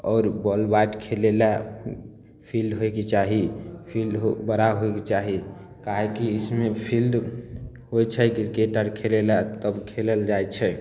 आओर ball bat खेले ला फिल्ड होय के चाही फिल्ड बड़ा होय के चाही काहेकि इसमे फिल्ड होइ छै क्रिकेट आर खेलै ला खेलल जाइ छै